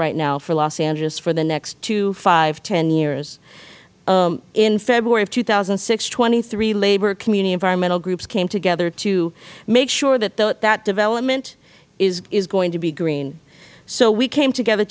right now for los angeles for the next two five ten years in february of two thousand and six twenty three labor community environmental groups came together to make sure that that development is going to be green so we came together